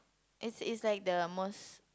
it's it's like the most